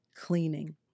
cleaning